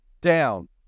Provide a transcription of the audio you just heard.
down